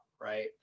right